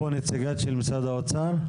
אני